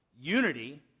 Unity